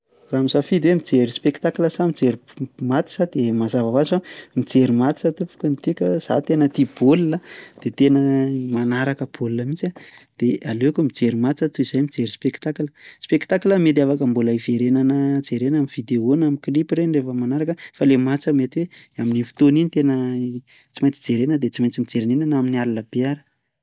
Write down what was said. Raha misafidy hoe mijery spectacle sa mijery f- match de mazava hoazy fa mijery match tompoko no tiako a, za tena tia baolina de tena manaraka baolina mihitsy aho, de aleoko mijery match toy zay mijery spectacle, spectacle mety afaka mbola iverenana jerena am'vidéo na am'clip reny rehefa am'manaraka fa le match mety hoe amin'iny fotoana iny tena tsy maintsy jerena de tsy maintsy mijery an'iny na amin'ny alina be ary.